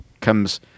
comes